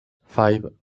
five